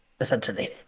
essentially